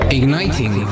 igniting